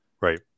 right